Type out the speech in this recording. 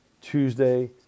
Tuesday